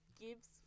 gives